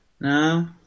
No